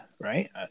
right